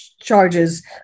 Charges